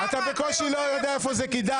שמה הרבה יותר --- אתה בקושי יודע איפה זה קידה.